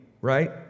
right